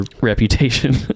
reputation